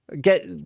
Get